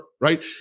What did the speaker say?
right